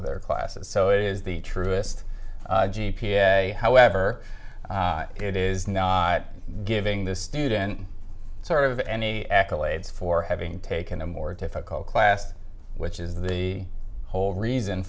of their classes so is the truest g p a however it is not giving the student sort of any accolades for having taken a more difficult class which is the whole reason